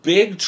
Big